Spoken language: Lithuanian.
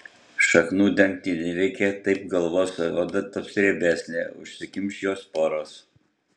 šaknų dengti nereikia taip galvos oda taps riebesnė užsikimš jos poros